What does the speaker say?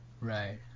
Right